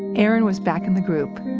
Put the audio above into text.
erin was back in the group,